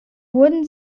wurden